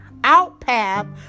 outpath